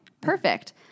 Perfect